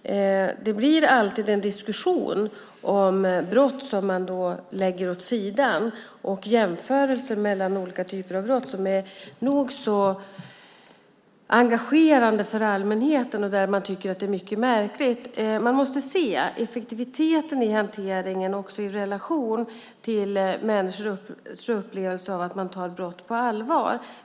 det blir alltid en diskussion om brott som man lägger åt sidan och jämförelser mellan olika typer av brott som är nog så engagerande för allmänheten. Man tycker att det är mycket märkligt. Man måste se effektiviteten i hanteringen också i relation till människors upplevelser av att man tar brott på allvar.